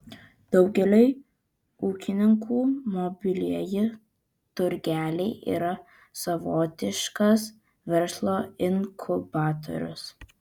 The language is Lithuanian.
daugeliui ūkininkų mobilieji turgeliai yra savotiškas verslo inkubatorius